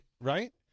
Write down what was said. Right